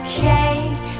cake